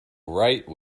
write